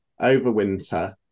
overwinter